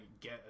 get